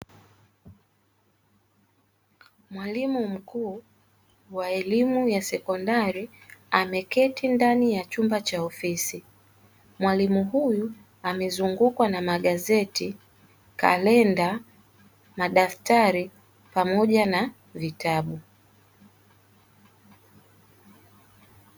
Mwalimu mkuu wa elimu ya sekondari ameketi ndani ya chumba cha ofisi. Mwalimu huyu amezungukwa na magazeti, kalenda, madaftari pamoja na vitabu.